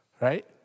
Right